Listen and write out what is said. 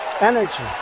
energy